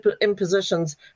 impositions